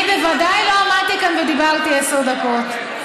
אני בוודאי לא עמדתי כאן ודיברתי עשר דקות.